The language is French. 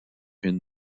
une